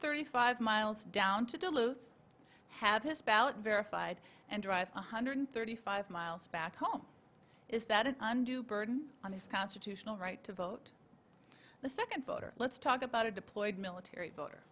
thirty five miles down to duluth have his ballot verified and drive one hundred thirty five miles back home is that an undue burden on his constitutional right to vote the second voter let's talk about a deployed military voter